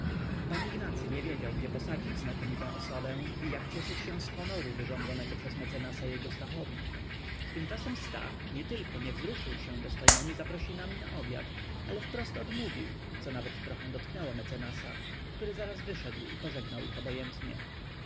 pan ignacy nie wiedział gdzie posadzić znakomitą osobę i jak cieszyć się z honoru wyrządzonego przez mecenasa jego stachowi tymczasem stach nietylko nie wzruszył się dostojnemi zaprosinami na wieczór ale wprost odmówił co nawet trochę dotknęło mecenasa który zaraz wyszedł i pożegnał ich obojętnie